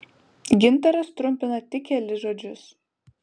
gintaras trumpina tik kelis žodžius